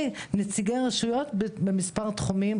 לנציגי רשויות במספר תחומים,